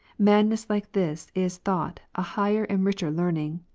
madness like this is thought a higher and richer learning,